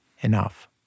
enough